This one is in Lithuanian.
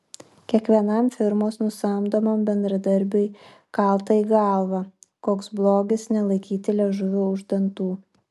kiekvienam firmos nusamdomam bendradarbiui kalta į galvą koks blogis nelaikyti liežuvio už dantų